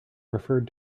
preferred